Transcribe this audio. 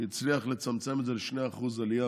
שהצליח לצמצם את זה ל-2% עלייה